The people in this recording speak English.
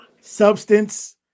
substance